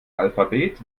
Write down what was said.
alphabet